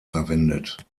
verwendet